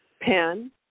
pen